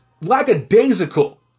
lackadaisical